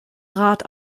rat